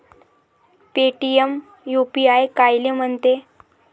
Paytm UPI कायले म्हनते?